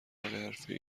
حرفه